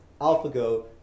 AlphaGo